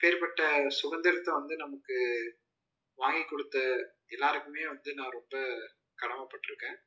இப்பேற்பட்ட சுதந்திரத்த வந்து நமக்கு வாங்கி கொடுத்த எல்லோருக்குமே வந்து நான் ரொம்ப கடமைப்பட்ருக்கேன்